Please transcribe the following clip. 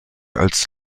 als